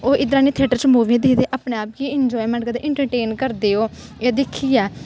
ओह् इद्धर आह्नियैं थियेटर च मूवियां दिखदे अपने आप गी इन्जायमैंट करदे इन्टरटेनमैंट करदे ओह् एह् दिक्खियै